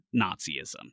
Nazism